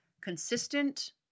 Consistent